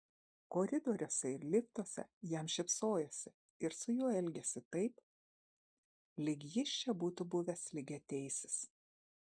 koridoriuose ir liftuose jam šypsojosi ir su juo elgėsi taip lyg jis čia būtų buvęs lygiateisis